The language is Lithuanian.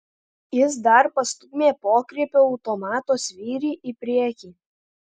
jis dar pastūmė pokrypio automato svirtį į priekį